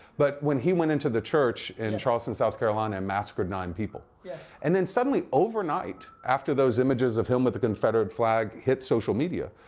but when he went into the church in charleston, south carolina and massacred nine people. yes. and then suddenly overnight, after those images of him with the confederate flag hit social media,